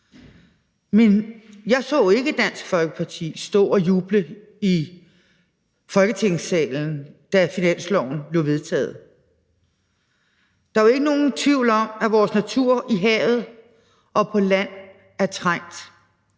Men jeg så ikke Dansk Folkeparti stå og juble i Folketingssalen, da finansloven blev vedtaget. Der er jo ikke nogen tvivl om, at vores natur i havet og på land er trængt.